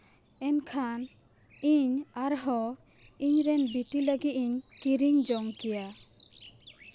ᱮᱱᱠᱷᱟᱱ ᱤᱧ ᱟᱨᱦᱚᱸ ᱤᱧ ᱨᱮᱱ ᱵᱤᱴᱤ ᱞᱟᱹᱜᱤᱫ ᱤᱧ ᱠᱤᱨᱤᱧ ᱡᱚᱝ ᱠᱮᱭᱟ